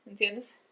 entiendes